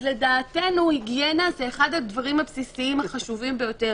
אז היגיינה היא אחד הדברים הבסיסיים החשובים ביותר.